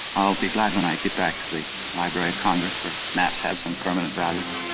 i'll be glad when i get back to the library of congress where maps have some permanent value.